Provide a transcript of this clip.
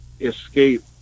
escape